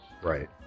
Right